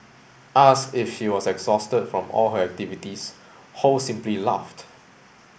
asked if she was exhausted from all her activities Ho simply laughed